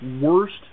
worst